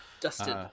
Dusted